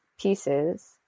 pieces